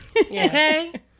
Okay